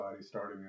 starting